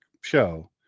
show